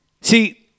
See